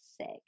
sick